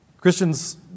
Christians